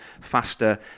faster